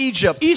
Egypt